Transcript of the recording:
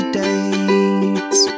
dates